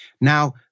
Now